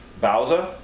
Bowser